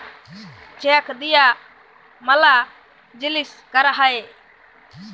check দিয়া ম্যালা জিলিস ক্যরা হ্যয়ে